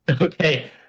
Okay